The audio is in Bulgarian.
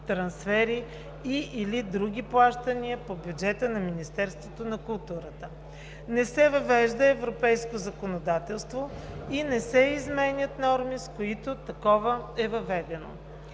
трансфери и/или други плащания по бюджета на Министерството на културата. Не се въвежда европейско законодателство и не се изменят норми, с които такова е въведено.